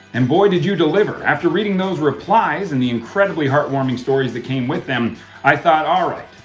and boy did you deliver. after reading those replies and the incredibly heartwarming stories that came with them i thought alright,